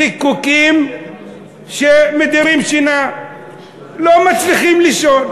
זיקוקים שמדירים שינה, לא מצליחים לישון.